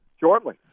Shortly